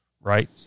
right